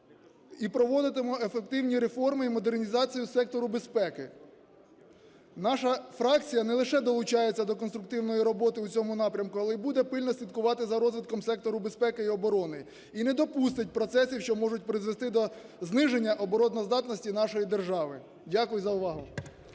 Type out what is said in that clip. і проводитимемо ефективні реформи і модернізацію сектору безпеки. Наша фракція не лише долучається до конструктивної роботи у цьому напрямку, але буде пильно слідкувати за розвитком сектору безпеки і оборони і не допустить процесів, що можуть призвести до зниження обороноздатності нашої держави. Дякую за увагу.